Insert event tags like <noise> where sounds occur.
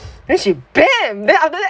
then she <noise> then after that